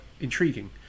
intriguing